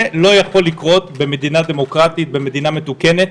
זה לא יכול לקרות במדינה דמוקרטית מתוקנת.